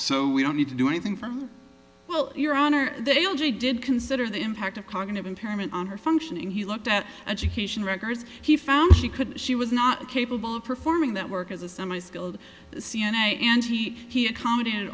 so we don't need to do anything from well your honor they all she did consider the impact of cognitive impairment on her functioning he looked at education records he found she could she was not capable of performing that work as a semi skilled c n a and he accommodate